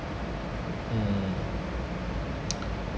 mm